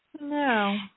No